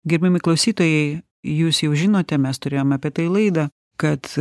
gerbiami klausytojai jūs jau žinote mes turėjom apie tai laidą kad